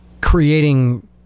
creating